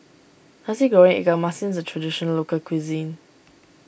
Nasi Goreng Ikan Masin is a Traditional Local Cuisine